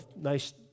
nice